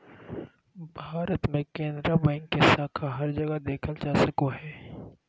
भारत मे केनरा बैंक के शाखा हर जगह मे देखल जा सको हय